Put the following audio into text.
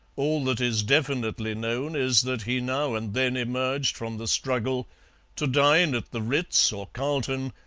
all that is definitely known is that he now and then emerged from the struggle to dine at the ritz or carlton,